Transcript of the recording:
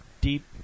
deep